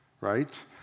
right